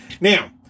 Now